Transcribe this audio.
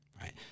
right